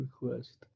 request